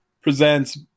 presents